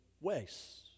ways